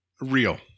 Real